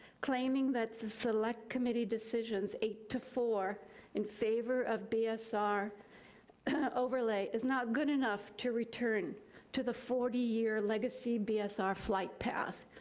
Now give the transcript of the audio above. claiming that the select committee decisions eight four in favor of bsr overlay is not good enough to return to the forty year legacy bsr flight path.